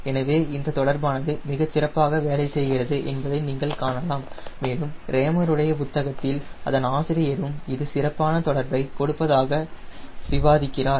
எனவே இந்த தொடர்பானது மிகச் சிறப்பாக வேலை செய்கிறது என்பதை நீங்கள் காணலாம் மேலும் ரேமருடைய புத்தகத்தில்Raymer's book அதன் ஆசிரியரும் இது சிறப்பான தொடர்பை கொடுப்பதாக விவாதிக்கிறார்